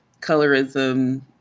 colorism